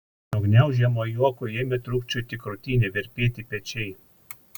nuo gniaužiamo juoko ėmė trūkčioti krūtinė virpėti pečiai